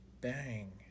Bang